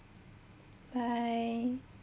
bye